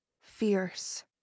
fierce